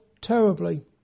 terribly